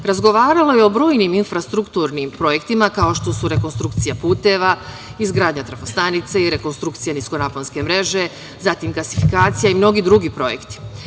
razgovaralo je o brojnim infrastrukturnim projektima, kao što su rekonstrukcija puteva, izgradnja trafo-stanice i rekonstrukcija nisko naponske mreže, gasifikacija i mnogi drugi projekti.